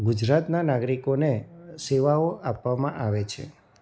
ગુજરાતના નાગરિકોને સેવાઓ આપવામાં આવે છે